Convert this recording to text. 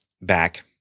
back